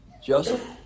Joseph